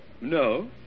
No